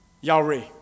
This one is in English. Yahweh